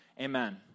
Amen